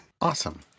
Awesome